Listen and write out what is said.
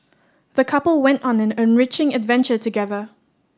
the couple went on an enriching adventure together